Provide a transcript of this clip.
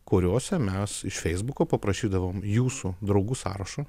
kuriose mes iš feisbuko paprašydavom jūsų draugų sąrašo